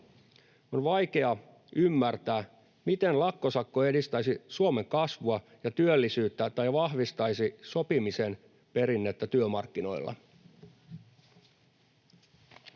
On vaikea ymmärtää, miten lakkosakko edistäisi Suomen kasvua ja työllisyyttä tai vahvistaisi sopimisen perinnettä työmarkkinoilla.